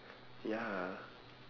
ya